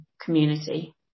community